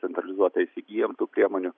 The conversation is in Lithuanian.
centralizuotai įsigijam tų priemonių